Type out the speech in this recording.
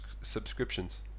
subscriptions